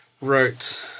wrote